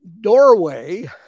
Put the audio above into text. doorway